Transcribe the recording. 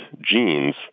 genes